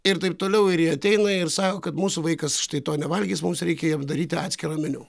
ir taip toliau ir jie ateina ir sako kad mūsų vaikas štai to nevalgys mums reikia jiems daryti atskirą meniu